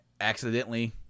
accidentally